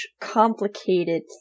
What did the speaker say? complicated